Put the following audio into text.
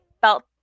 felt